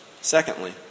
Secondly